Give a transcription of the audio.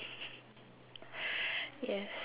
yes